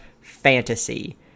fantasy